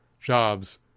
jobs